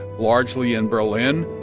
largely in berlin